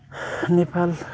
Nepal